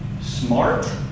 smart